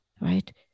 right